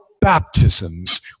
baptisms